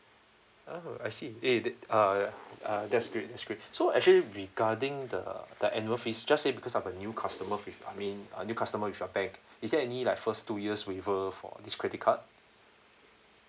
oh I see okay eh the uh that's great that's great so actually regarding the the annual fees just say because I'm a new customer with I mean I'm new customer with your bank is there any like first two years waiver for this credit card